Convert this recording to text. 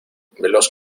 veloz